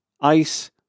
ice